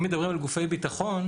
אם מדברים על גופי ביטחון,